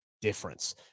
difference